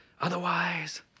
Otherwise